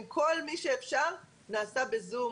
מתקיימים ב-זום.